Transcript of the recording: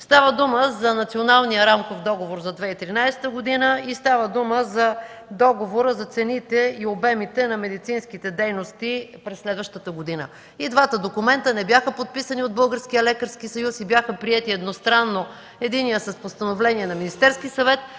Става дума за Националния рамков договор за 2013 г. и за Договора за цените и обемите на медицинските дейности през следващата година. И двата документа не бяха подписани от Българския лекарски съюз и бяха приети едностранно – единият с постановление на Министерския съвет,